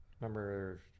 Remember